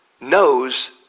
knows